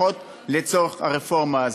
לפחות לצורך הרפורמה הזאת.